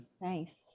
Nice